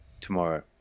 tomorrow